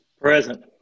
Present